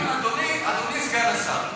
אדוני סגן השר,